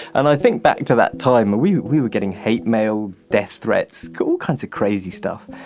and i think back to that time, we we were getting hate mail, death threats, all kinds of crazy stuff.